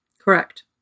Correct